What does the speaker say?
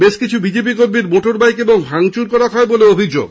বেশকিছু বিজেপি কর্মীর মোটর বাইকও ভাঙচুর করা হয় বলে অভিযোগ